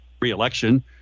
re-election